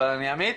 אבל אני אמעיט,